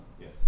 Yes